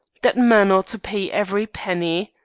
that man ought to pay every penny